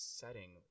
setting